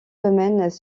domaines